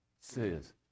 says